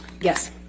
Yes